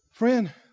Friend